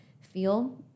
feel